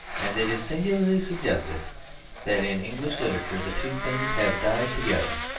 and it is singularly suggestive that in english literature the two things have died together.